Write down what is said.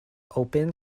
open